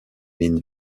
minh